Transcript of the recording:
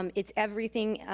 um it's everything,